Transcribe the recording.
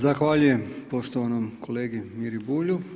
Zahvaljujem poštovanom kolegi Miri Bulju.